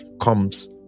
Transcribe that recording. comes